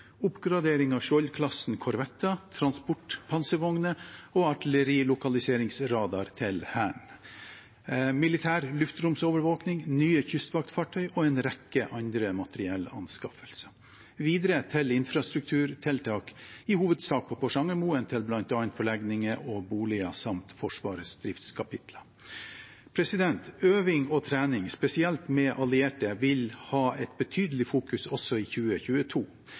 oppgradering av Skjold-klassen korvetter, transportpanservogner og artillerilokaliseringsradar til Hæren, militær luftromsovervåkning, nye kystvaktfartøy og en rekke andre materiellanskaffelser, videre til infrastrukturtiltak, i hovedsak på Porsangmoen til bl.a. forlegninger og boliger, samt til Forsvarets driftskapitler. Øving og trening, spesielt med allierte, vil ha et betydelig fokus også i 2022.